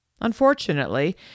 Unfortunately